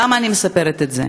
למה אני מספרת את זה?